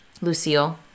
lucille